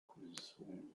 consume